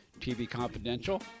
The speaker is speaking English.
tvconfidential